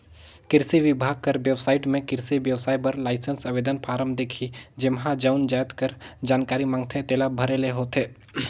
किरसी बिभाग कर बेबसाइट में किरसी बेवसाय बर लाइसेंस आवेदन फारम दिखही जेम्हां जउन जाएत कर जानकारी मांगथे तेला भरे ले होथे